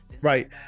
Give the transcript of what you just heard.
Right